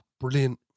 brilliant